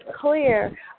clear